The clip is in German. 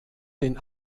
den